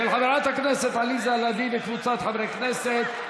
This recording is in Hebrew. של חברת הכנסת עליזה לביא וקבוצת חברי הכנסת.